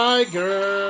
Tiger